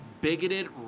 bigoted